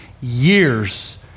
years